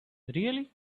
really